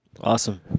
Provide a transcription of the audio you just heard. awesome